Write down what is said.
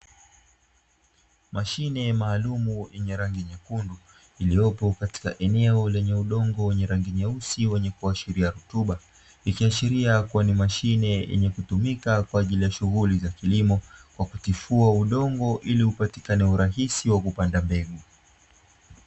Mashine maalumu yenye rangi nyekundu ikiwemo kwenye udongo wenye rutuba